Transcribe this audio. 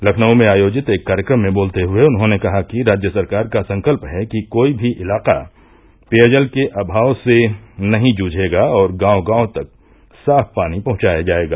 लखनऊ में आयोजित एक कार्यक्रम में बोलते हए उन्होंने कहा कि राज्य सरकार का संकल्प है कि कोई भी इलाका पेयजल के अभाव से नहीं जूझेगा और गांव गांव तक साफ़ पानी पहुंचाया जायेगा